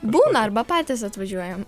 būna arba patys atvažiuojam